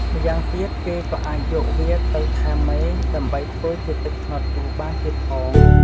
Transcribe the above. ម្យ៉ាងទៀតគេក៏អាចយកវាទៅថែមមេ ដើម្បីធ្វើជាទឹកត្នោតជូរបានទៀតផង។